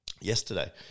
yesterday